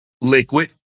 liquid